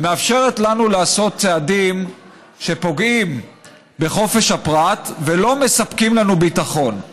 ומאפשרת לנו לעשות צעדים שפוגעים בחופש הפרט ולא מספקים לנו ביטחון.